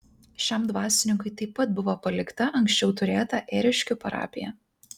šiam dvasininkui taip pat buvo palikta anksčiau turėta ėriškių parapija